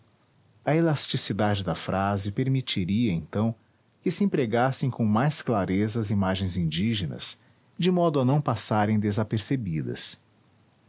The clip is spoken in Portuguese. a elasticidade da frase permitiria então que se empregassem com mais clareza as imagens indígenas de modo a não passarem desapercebidas